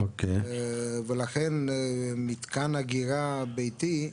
ולכן מתקן אגירה ביתי,